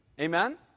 Amen